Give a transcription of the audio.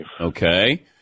Okay